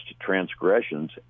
transgressions